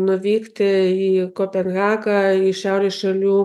nuvykti į kopenhagą į šiaurės šalių